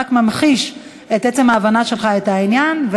רק ממחיש את עצם ההבנה שלך את העניין,